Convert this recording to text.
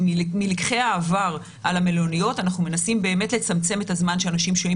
מלקחי העבר על המלוניות אנחנו מנסים לצמצם את הזמן שאנשים שוהים